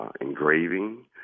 engraving